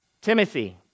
Timothy